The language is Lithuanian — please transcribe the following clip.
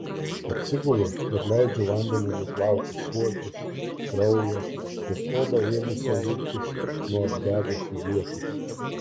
atsigulu ir leidžiu vandeniui nuplauti suodžius kraują ir odą ėmusią luptis nuo apdegusių vietų